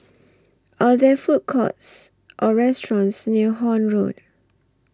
Are There Food Courts Or restaurants near Horne Road